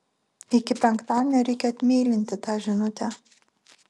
iki penktadienio reikia atmeilinti tą žinutę